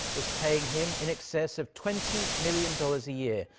was paying him in excess of twenty million dollars a year.